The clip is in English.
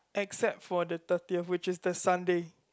except for the thirtier which is the Sunday